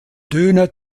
döner